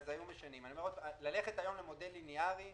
היום אם הוא לוקח את הכסף הוא נפגע,